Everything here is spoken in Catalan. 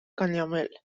canyamel